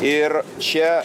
ir čia